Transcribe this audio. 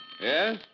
Yes